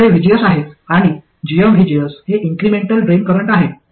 आमच्याकडे vgs आहेत आणि gmvgs हे इन्क्रिमेंटल ड्रेन करंट आहे